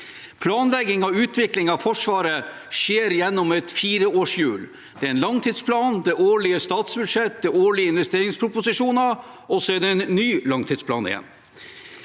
Planlegging og utvikling av Forsvaret skjer gjennom et fireårshjul. Det er en langtidsplan, det er årlige statsbudsjetter, det er årlige investeringsproposisjoner, og så er det en ny langtidsplan igjen.